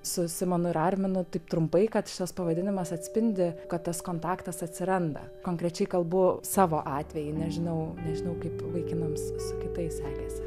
su simonu ir arminu taip trumpai kad šitas pavadinimas atspindi kad tas kontaktas atsiranda konkrečiai kalbu savo atvejį nežinau nežinau kaip vaikinams su kitais sekėsi